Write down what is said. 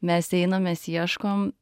mes einam mes ieškom